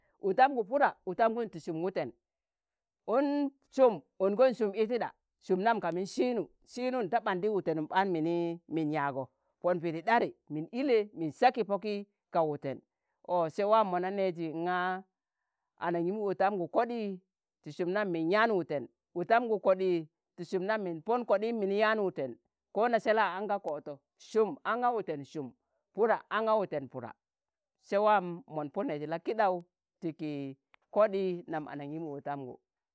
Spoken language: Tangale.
otamgu puda, otamgun ti sum wuten, on sum, ongon sum itiɗa, sum nam ka min sịinu sịinon ta ɓandi wutenum ɓaan mini min yago, pon pidi ɗari, min ille, min sa̱k ki poki kawuten o̱ se wam mona neeji nga anangimu ontamgu koɗii ti sum nam min yaan wuten otamgu koɗi, ti sum nam min pon koɗiim mini yaan wuten ko nasela aga kọoto, sum anga wuten sum, Puda ana wuten Puda, Se waa mon Po neeji la kiɗau ti ki koɗii nam anangimu otamgu.